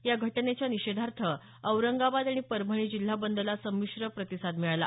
या घटनेच्या निषेधार्थ औरंगाबाद आणि परभणी जिल्हा बंदला संमिश्र प्रतिसाद मिळाला